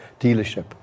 dealership